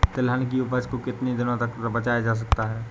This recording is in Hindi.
तिलहन की उपज को कितनी दिनों तक बचाया जा सकता है?